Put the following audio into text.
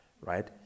right